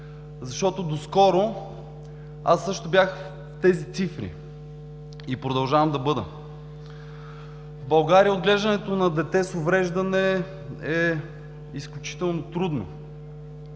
защото доскоро аз също бях в тези цифри и продължавам да бъда? В България отглеждането на дете с увреждане е изключително трудно